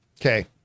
Okay